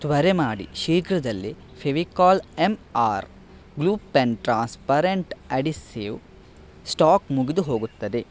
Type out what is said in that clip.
ತ್ವರೆ ಮಾಡಿ ಶೀಘ್ರದಲ್ಲಿ Fevicol M R glue pen transparent adhesive stock ಮುಗ್ದು ಹೋಗುತ್ತದೆ